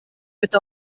with